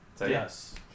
Yes